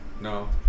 No